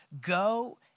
Go